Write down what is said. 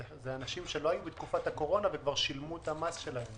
אנשים שלא היו בתקופת הקורונה וכבר שילמו את המס.